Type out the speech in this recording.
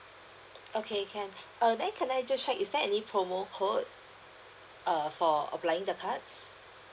okay can err then can I just check is there any promo code err for applying the cards